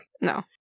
No